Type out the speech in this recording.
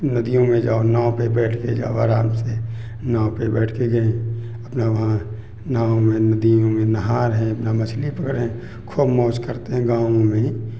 नदियों में जाओ नाव पे बैठ के जाओ आराम से नाव पे बैठ के गएँ अपना वहाँ नाव में नदियों में नहा रहे हैं अपना मछली पकड़ रहे हैं खूब मौज करते हैं गाँवों में